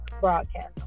broadcast